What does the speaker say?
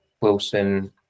Wilson